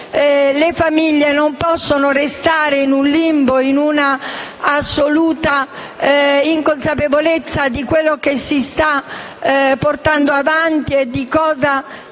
le famiglie non possono restare in un limbo e in un'assoluta inconsapevolezza di quanto si sta portando avanti e di cosa sta